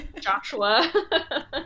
Joshua